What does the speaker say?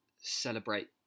celebrate